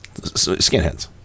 Skinheads